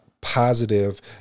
positive